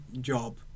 job